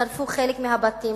שרפו חלק מהבתים,